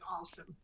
awesome